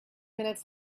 minutes